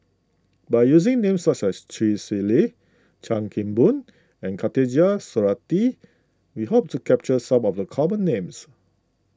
by using names such as Chee Swee Lee Chan Kim Boon and Khatijah Surattee we hope to capture some of the common names